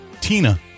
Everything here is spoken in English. Tina